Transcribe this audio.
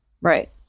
Right